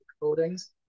recordings